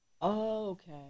Okay